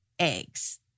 Eggs